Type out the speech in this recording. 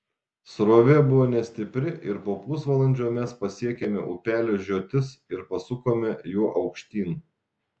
srovė buvo nestipri ir po pusvalandžio mes pasiekėme upelio žiotis ir pasukome juo aukštyn